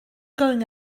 going